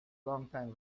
longtime